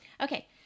okay